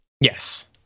yes